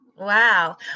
Wow